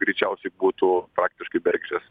greičiausiai būtų praktiškai bergždžias